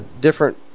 different